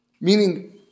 Meaning